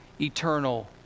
eternal